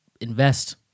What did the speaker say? invest